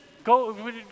Go